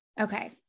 Okay